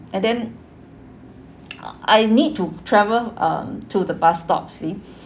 and then I need to travel um to the bus stop you see